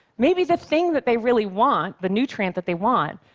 maybe the thing that they really want, the nutrient that they want,